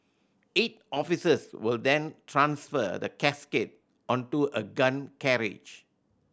eight officers will then transfer the casket onto a gun carriage